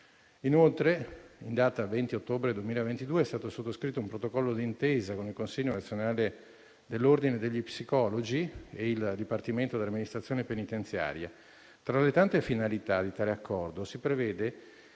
Inoltre, in data 20 ottobre 2022, è stato sottoscritto un protocollo d'intesa con il Consiglio nazionale dell'ordine degli psicologi e il dipartimento dell'amministrazione penitenziaria. Tra le tante finalità di tale accordo, si prevede